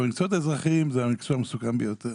אבל מהמקצועות האזרחיים זה המקצוע המסוכן ביותר.